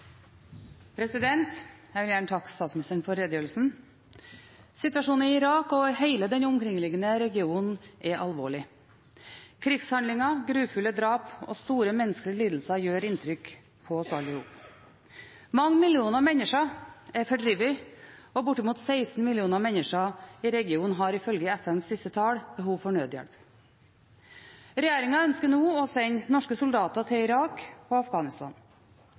Jeg vil gjerne takke statsministeren for redegjørelsen. Situasjonen i Irak og i hele den omkringliggende regionen er alvorlig. Krigshandlinger, grufulle drap og store menneskelige lidelser gjør inntrykk på oss alle sammen. Mange millioner mennesker er fordrevet, og bortimot 16 millioner mennesker i regionen har ifølge FNs siste tall behov for nødhjelp. Regjeringen ønsker nå å sende norske soldater til Irak og Afghanistan.